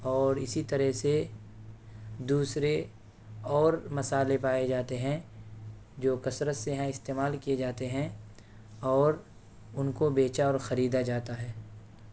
اور اسی طرح سے دوسرے اور مصالحے پائے جاتے ہیں جو کثرت سے یہاں استعمال کیے جاتے ہیں اور ان کو بیچا اور خریدا جاتا ہے